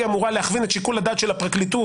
אמורה להכווין את שיקול הדעת של הפרקליטות,